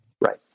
right